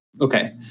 Okay